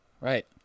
Right